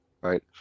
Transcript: right